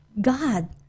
God